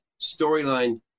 storyline